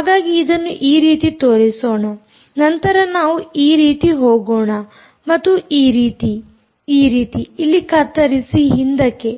ಹಾಗಾಗಿ ಇದನ್ನು ಈ ರೀತಿ ತೋರಿಸೋಣ ನಂತರ ಈ ರೀತಿ ಹೋಗೋಣ ಮತ್ತು ಈ ರೀತಿ ಈ ರೀತಿ ಇಲ್ಲಿ ಕತ್ತರಿಸಿ ಹಿಂದಕ್ಕೆ